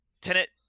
Tenet